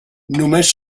només